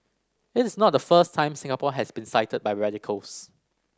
it is not the first time Singapore has been cited by radicals